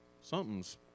Something's